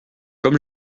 comme